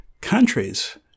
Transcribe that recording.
countries